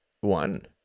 one